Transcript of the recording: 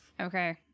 Okay